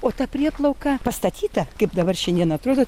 o ta prieplauka pastatyta kaip dabar šiandien atrodo